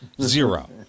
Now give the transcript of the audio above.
Zero